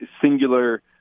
singular